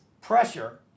pressure